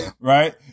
right